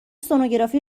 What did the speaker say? سنوگرافی